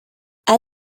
add